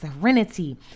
serenity